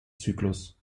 zyklus